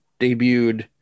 debuted